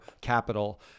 capital